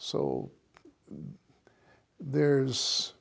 so there's